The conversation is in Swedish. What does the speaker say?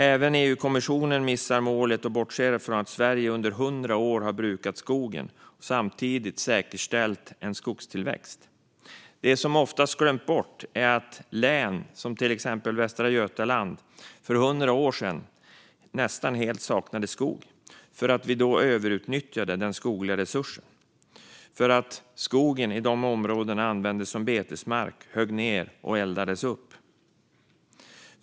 Även EU-kommissionen missar målet och bortser från att Sverige under 100 år har brukat skogen och samtidigt säkerställt en skogstillväxt. Det som ofta glöms bort är att län som Västra Götaland för 100 år sedan nästan helt saknade skog för att vi då överutnyttjade den skogliga resursen. Skogen i dessa områden användes som betesmark, höggs ned och eldades upp.